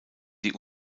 die